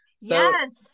Yes